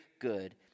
good